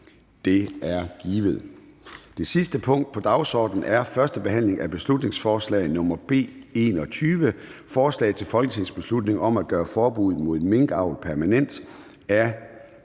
Det er givet. --- Det sidste punkt på dagsordenen er: 4) 1. behandling af beslutningsforslag nr. B 21: Forslag til folketingsbeslutning om at gøre forbuddet mod minkavl permanent. Af